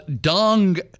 Dong